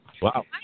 Wow